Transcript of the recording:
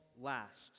last